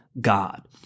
God